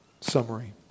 summary